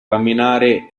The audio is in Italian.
camminare